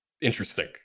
interesting